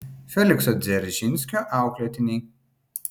felikso dzeržinskio auklėtiniai